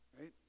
Right